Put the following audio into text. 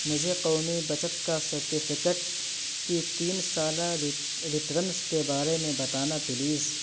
مجھے قومی بچت کا سرٹیفیکیٹ کی تین سالہ ریٹرنز کے بارے میں بتانا پلیز